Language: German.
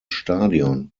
stadion